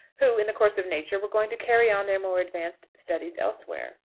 who, in the course of nature, were going to carry on their more advanced studies elsewhere.